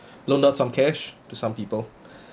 loaned out some cash to some people